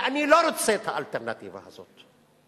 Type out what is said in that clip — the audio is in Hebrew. ואני לא רוצה את האלטרנטיבה הזאת.